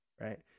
right